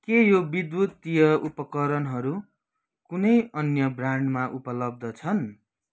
के यो विद्युतीय उपकरणहरू कुनै अन्य ब्रान्डमा उपलब्ध छन्